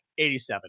87